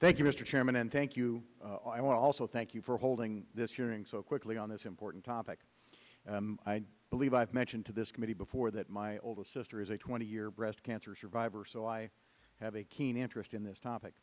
thank you mr chairman and thank you i will also thank you for holding this hearing so quickly on this important topic i believe i've mentioned to this committee before that my oldest sister is a twenty year breast cancer survivor so i have a keen interest in this topic